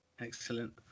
excellent